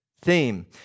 theme